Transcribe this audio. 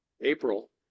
April